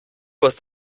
hast